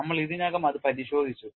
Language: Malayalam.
നമ്മൾ ഇതിനകം അത് പരിശോധിച്ചു